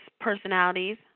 personalities